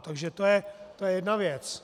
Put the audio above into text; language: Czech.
Takže to je jedna věc.